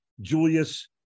Julius